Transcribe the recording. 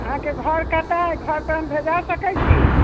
अहाँके घर कतऽ अइ घर पर हम भेजा सकैत छी